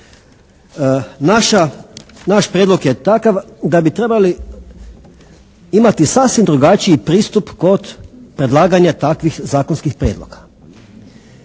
Naš prijedlog je takav da bi trebali imati sasvim drugačiji pristup kod predlaganja takvih zakonskih prijedloga.